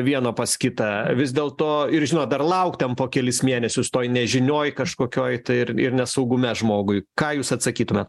vieno pas kitą vis dėlto ir žinot dar laukt ten po kelis mėnesius toj nežinioj kažkokioj tai ir ir nesaugume žmogui ką jūs atsakytumėt